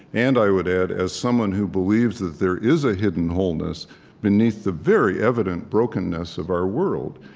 and i would add, as someone who believes that there is a hidden wholeness beneath the very evident brokenness of our world,